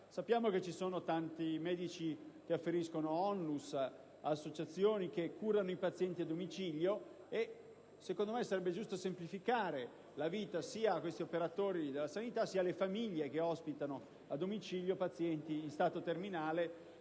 Sappiamo che ci sono tanti medici che lavorano in ONLUS e in associazioni che curano i pazienti a domicilio e, secondo me, sarebbe giusto semplificare la vita sia a questi operatori della sanità, sia alle famiglie che ospitano a domicilio pazienti in stato terminale,